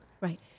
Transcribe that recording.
right